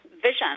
Vision